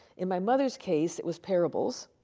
in my mother's case, it was parables,